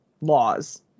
laws